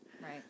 Right